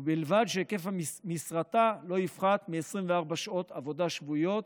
ובלבד שהיקף משרתה לא יפחת מ-24 שעות עבודה שבועיות,